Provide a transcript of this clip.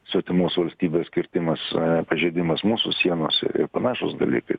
svetimos valstybės kirtimas pažeidimas mūsų sienos ir ir panašūs dalykai